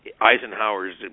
Eisenhower's